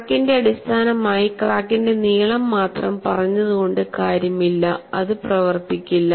ക്രാക്കിന്റെ അടിസ്ഥാനമായി ക്രാക്കിന്റെ നീളം മാത്രം പറഞ്ഞുകൊണ്ട് കാര്യമില്ല അതു പ്രവർത്തിക്കില്ല